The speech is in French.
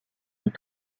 est